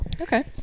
Okay